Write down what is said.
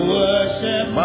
worship